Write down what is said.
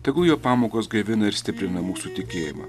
tegul jo pamokos gaivina ir stiprina mūsų tikėjimą